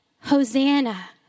Hosanna